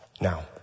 Now